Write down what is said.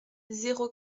zéro